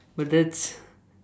but that's